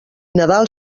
nadal